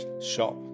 shop